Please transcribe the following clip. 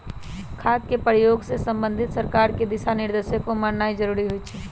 खाद के प्रयोग से संबंधित सरकार के दिशा निर्देशों के माननाइ जरूरी होइ छइ